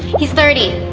he's thirty.